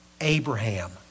Abraham